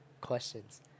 questions